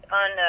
on